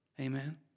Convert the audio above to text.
Amen